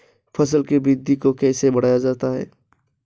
फसल की वृद्धि को कैसे बढ़ाया जाता हैं?